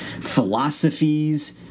philosophies